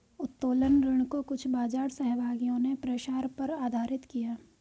उत्तोलन ऋण को कुछ बाजार सहभागियों ने प्रसार पर आधारित किया